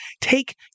take